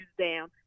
down